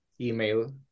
email